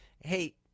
Hey